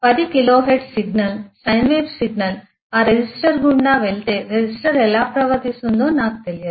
10 kilohertz signal sine wave signal ఆ resistor గుండా వెళితే రెసిస్టర్ ఎలా ప్రవర్తిస్తుందో నాకు తెలియదు